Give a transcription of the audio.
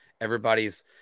everybody's –